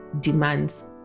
demands